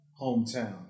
hometown